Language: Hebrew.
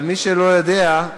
אבל מי שלא יודע,